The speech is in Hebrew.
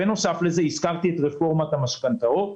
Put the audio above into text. בנוסף לכך, הזכרתי את רפורמת המשכנתאות.